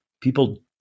people